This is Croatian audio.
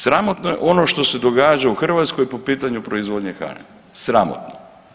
Sramotno je ono što se događa u Hrvatskoj po pitanju proizvodnje hrane, sramotno.